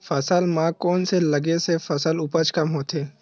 फसल म कोन से लगे से फसल उपज कम होथे?